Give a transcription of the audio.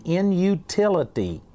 inutility